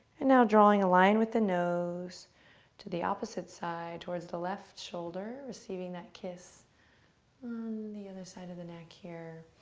and now drawing a line with the nose to the opposite side towards the left shoulder receiving that kiss on the side of the neck here.